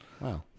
Wow